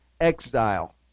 exile